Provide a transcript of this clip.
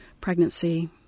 pregnancy